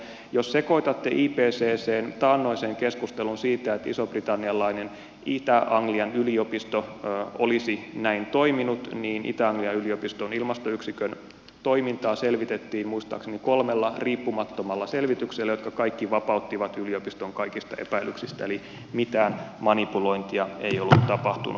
jos sekoitatte ipccn taannoiseen keskusteluun siitä että isobritannialainen itä anglian yliopisto olisi näin toiminut niin itä anglian yliopiston ilmastoyksikön toimintaa selvitettiin muistaakseni kolmella riippumattomalla selvityksellä jotka kaikki vapauttivat yliopiston kaikista epäilyksistä eli mitään manipulointia ei ollut tapahtunut